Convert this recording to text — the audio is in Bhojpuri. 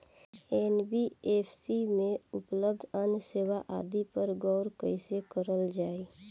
एन.बी.एफ.सी में उपलब्ध अन्य सेवा आदि पर गौर कइसे करल जाइ?